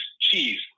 cheese